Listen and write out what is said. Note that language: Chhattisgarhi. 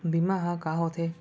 बीमा ह का होथे?